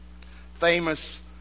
Famous